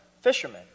fishermen